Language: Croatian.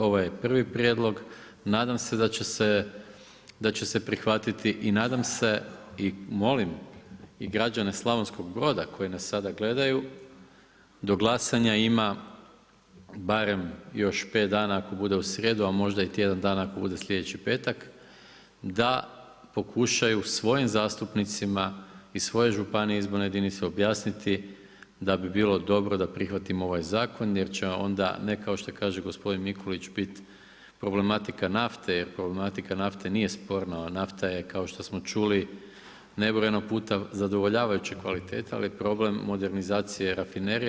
Ovo je prvi prijedlog, nadam se da će se prihvatiti i nadam se i molim građane Slavonskog Broda koji nas sada gledaju, do glasanja ima barem još 5 dana ako bude u srijedu, a možda i tjedan dana ako bude sljedeći petak, da pokušaju svojim zastupnicima iz svoje županije izborne jedinice objasniti da bi bilo dobro da prihvatimo ovaj zakon, jer će onda ne kao što kaže gospodin Mikulić biti problematika nafte, jer problematika nafte nije sporno, nafta je kao što smo čuli nebrojeno puta zadovoljavajuće kvalitete, ali je problem modernizacije, rafinerije.